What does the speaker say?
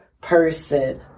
person